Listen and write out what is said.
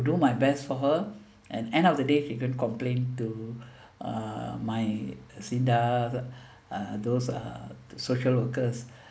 do my best for her and end of the day she go and complain to uh my sinda uh those uh social workers